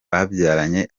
babyaranye